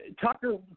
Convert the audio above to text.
Tucker